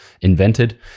invented